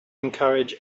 encourage